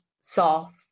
soft